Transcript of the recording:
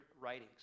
writings